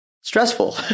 stressful